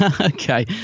Okay